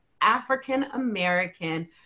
African-American